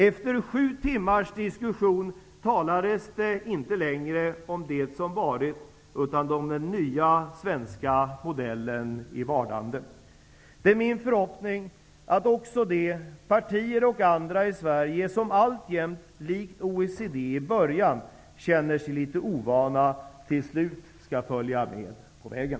Efter sju timmars diskussion talades det inte längre om det som varit, utan om den nya svenska modellen i vardande. Det är min förhoppning att också de partier och andra i Sverige, som alltjämt -- likt OECD i början -- känner sig litet ovana, till sist skall följa med på vägen.